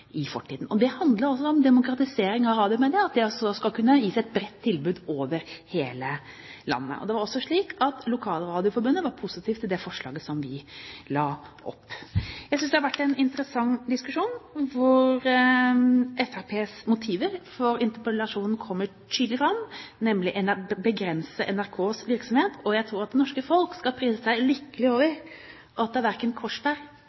i fortiden. Det handler også om demokratisering av radiomediet, at det skal gis et bredt tilbud over hele landet. Det var også slik at Lokalradioforbundet var positiv til det forslaget som vi la fram. Jeg synes det har vært en interessant diskusjon hvor Fremskrittspartiets motiver for interpellasjonen kommer tydelig fram, nemlig å begrense NRKs virksomhet. Jeg tror det norske folk skal prise seg lykkelige over at det verken